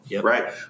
right